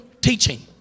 teaching